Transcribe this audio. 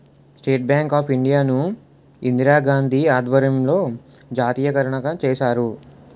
state bank of India ను ఇందిరాగాంధీ ఆధ్వర్యంలో జాతీయకరణ చేశారు